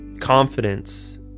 confidence